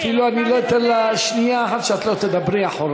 אפילו אני לא אתן לה שנייה אחת שאת לא תדברי אחריה.